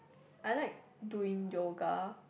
I like doing yoga